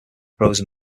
propose